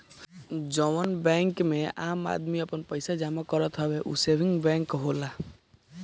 जउन बैंक मे आम आदमी आपन पइसा जमा करत हवे ऊ सेविंग बैंक होला